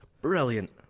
brilliant